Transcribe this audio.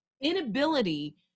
inability